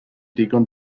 ddigon